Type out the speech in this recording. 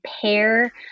pair